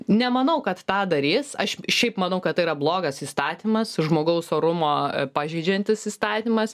nemanau kad tą darys aš šiaip manau kad tai yra blogas įstatymas žmogaus orumą pažeidžiantis įstatymas